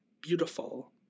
beautiful